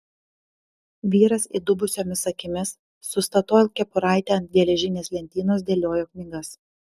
vyras įdubusiomis akimis su statoil kepuraite ant geležinės lentynos dėliojo knygas